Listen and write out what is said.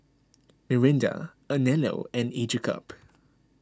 Mirinda Anello and Each a cup